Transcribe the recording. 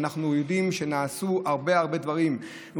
ואנחנו יודעים שנעשו הרבה הרבה דברים.